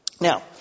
Now